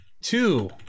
two